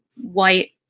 white